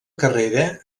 carrera